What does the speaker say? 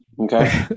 Okay